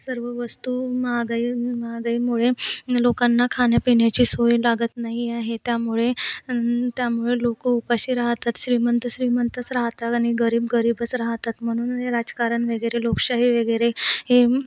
सर्व वस्तू महागाई महागाईमुळे लोकांना खाण्यापिण्याची सोय लागत नाही आहे त्यामुळे त्यामुळे लोकं उपाशी राहतात श्रीमंत श्रीमंतच राहतात आणि गरीब गरीबच राहतात म्हणून हे राजकारण वगैरे लोकशाही वगैरे हे